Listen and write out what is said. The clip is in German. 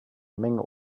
menge